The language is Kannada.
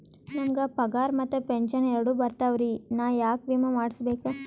ನಮ್ ಗ ಪಗಾರ ಮತ್ತ ಪೆಂಶನ್ ಎರಡೂ ಬರ್ತಾವರಿ, ನಾ ಯಾಕ ವಿಮಾ ಮಾಡಸ್ಬೇಕ?